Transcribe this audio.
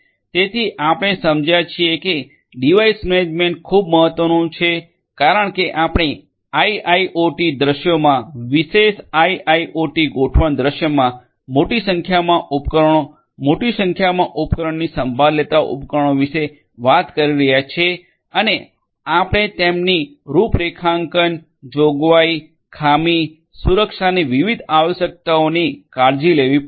તેથી આપણે સમજ્યાં છીએ કે ડિવાઇસ મેનેજમેન્ટ ખૂબ મહત્વનું છે કારણ કે આપણે આઇઆઇઓટી દૃશ્યોમાં વિશેષ આઇઆઇઓટી ગોઠવણ દૃશ્યમાં મોટી સંખ્યામાં ઉપકરણો મોટી સંખ્યામાં ઉપકરણોની સંભાળ લેતા ઉપકરણો વિશે વાત કરી રહ્યા છીએ અને આપણે તેમની રૂપરેખાંકન જોગવાઈ ખામી સુરક્ષાની વિવિધ આવશ્યકતાઓની કાળજી લેવી પડશે